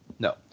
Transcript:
No